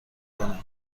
کنه